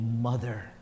mother